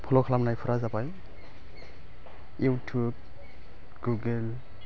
फल' खालामनायफोरा जाबाय इउतुब गुगल